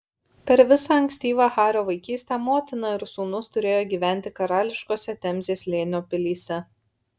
per visą ankstyvą hario vaikystę motina ir sūnus turėjo gyventi karališkose temzės slėnio pilyse